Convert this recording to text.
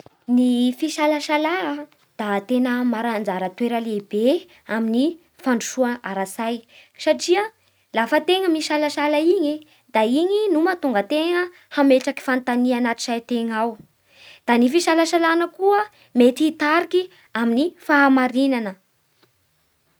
Ny fisalasala da tena mana anjara toera lehibe amin'ny fandrosoa ara-tsay satia lafa tegna misalasala igny e da igny no mahatonga antegna hametraky fanontania anaty saintegna ao, da ny fisalasalana koa mety hitariky amin'ny fahamarinana